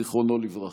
זיכרונו לברכה.